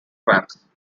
rams